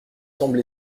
semblé